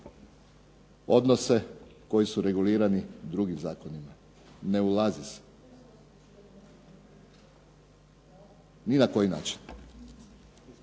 odnose koji su regulirani drugim zakonom, ne ulazi se ni na koji način.